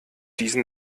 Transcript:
diesen